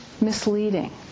misleading